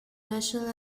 national